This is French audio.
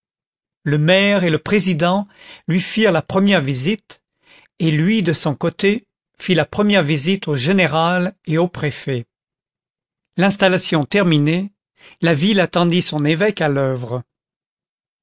le maire et le président lui firent la première visite et lui de son côté fit la première visite au général et au préfet l'installation terminée la ville attendit son évêque à l'oeuvre